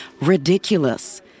ridiculous